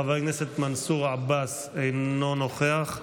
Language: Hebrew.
חבר הכנסת מנסור עבאס, אינו נוכח,